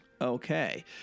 Okay